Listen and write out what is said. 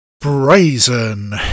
Brazen